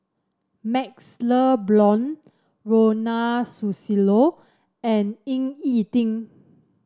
MaxLe Blond Ronald Susilo and Ying E Ding